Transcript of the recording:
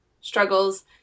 struggles